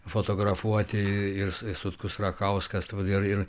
fotografuoti ir sutkus rakauskas ir ir